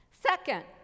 Second